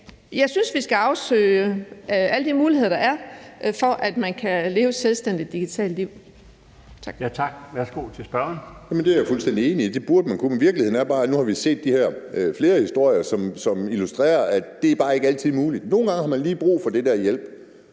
jeg synes, at vi skal afsøge alle de muligheder, der er, for at man kan leve et selvstændigt digitalt liv.